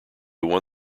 won